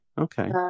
Okay